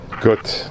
good